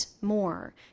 more